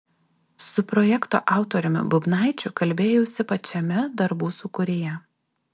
su projekto autoriumi bubnaičiu kalbėjausi pačiame darbų sūkuryje